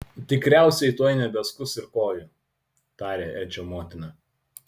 tikriausiai tuoj nebeskus ir kojų tarė edžio motina